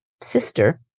sister